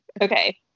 Okay